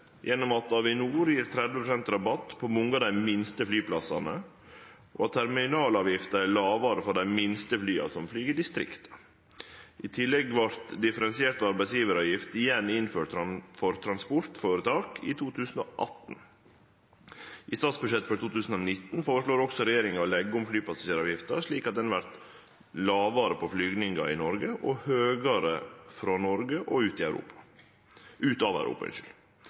at Avinor gjev 30 pst. rabatt for mange av dei minste flyplassane, og ved at terminalavgifta er lågare for dei minste flya som flyg i distrikta. I tillegg vart differensiert arbeidsgjevaravgift igjen innført for transportføretak i 2018. I statsbudsjettet for 2019 føreslår også regjeringa å leggje om flypassasjeravgifta slik at ho vert lågare for flygingar i Noreg og høgare frå Noreg og ut av Europa.